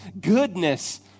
goodness